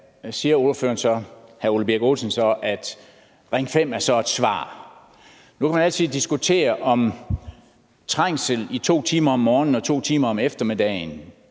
hr. Ole Birk Olesen, at Ring 5 så er et svar på det. Nu kan man altid diskutere, om trængsel i 2 timer om morgenen og 2 timer om eftermiddagen